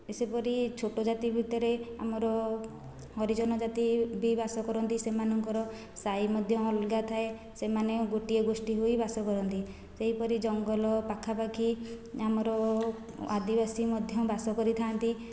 ସେପରି ଛୋଟ ଜାତି ଭିତରେ ଆମର ହରିଜନ ଜାତି ବି ବାସ କରନ୍ତି ସେମାନଙ୍କର ସାହି ମଧ୍ୟ ଅଲଗା ଥାଏ ସେମାନେ ଗୋଟିଏ ଗୋଷ୍ଟି ହୋଇ ବାସ କରନ୍ତି ସେହିପରି ଜଙ୍ଗଲ ପାଖା ପାଖି ଆମର ଆଦିବାସୀ ମଧ୍ୟ ବାସ କରିଥାନ୍ତି